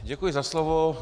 Děkuji za slovo.